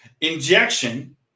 injection